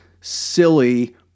silly